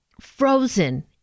frozen